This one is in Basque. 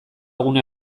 gune